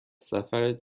سفرت